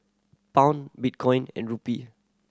Pound Bitcoin and Rupee